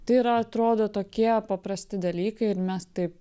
tai yra atrodo tokie paprasti dalykai ir mes taip